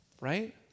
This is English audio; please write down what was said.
right